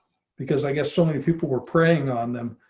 because i guess so many people were preying on them.